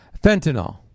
Fentanyl